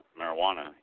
marijuana